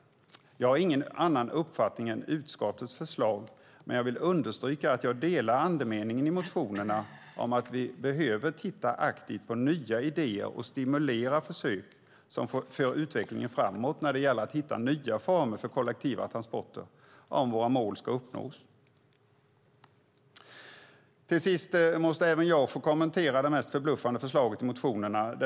Jag har ingen annan uppfattning än utskottet, men jag vill understryka att jag delar andemeningen i motionerna om att vi behöver titta aktivt på nya idéer och stimulera försök som för utvecklingen framåt när det gäller att hitta nya former för kollektiva transporter, om våra mål ska uppnås. Till sist måste även jag få kommentera det mest förbluffande förslaget i motionerna.